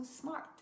smart